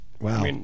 Wow